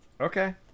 Okay